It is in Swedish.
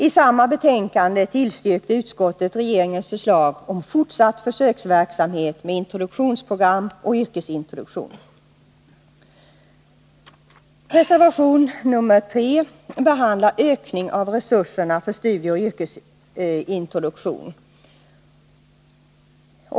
I samma betänkande tillstyrkte utskottet regeringens förslag om fortsatt försöksverksamhet med introduktionsprogram och yrkesintroduktion.